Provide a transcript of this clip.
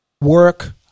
work